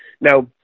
Now